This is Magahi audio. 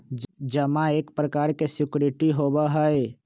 जमा एक प्रकार के सिक्योरिटी होबा हई